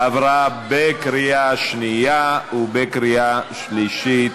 עבר בקריאה שנייה ובקריאה שלישית.